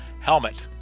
Helmet